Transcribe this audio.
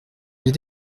les